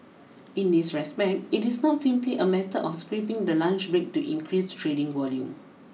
in this respect it is not simply a matter of scrapping the lunch break to increase trading volume